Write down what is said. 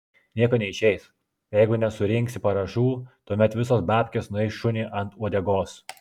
nieko neišeis jeigu nesurinksi parašų tuomet visos babkės nueis šuniui ant uodegos